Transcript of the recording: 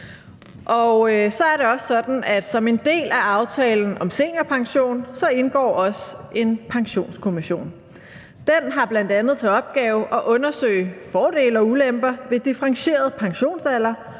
som en del af aftalen om seniorpension indgår en pensionskommission. Den har bl.a. til opgave at undersøge fordele og ulemper ved differentieret pensionsalder